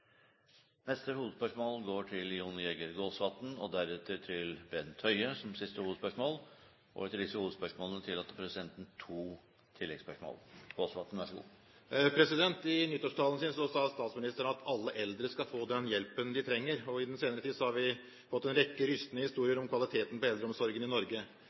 går til neste hovedspørsmål, fra Jon Jæger Gåsvatn. Siste hovedspørsmål går til Bent Høie. Til disse hovedspørsmålene tillates det to oppfølgingsspørsmål. I nyttårstalen sin sa statsministeren at alle eldre skal få den hjelpen de trenger. I den senere tid har vi fått en rekke rystende historier om kvaliteten på eldreomsorgen i Norge.